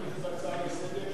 אי-אפשר להחליף בהצעה לסדר-היום,